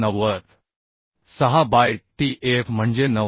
6 by tf म्हणजे 9